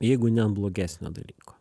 jeigu ne an blogesnio dalyko